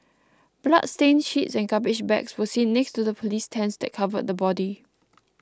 bloodstained sheets and garbage bags were seen next to the police tents that covered the body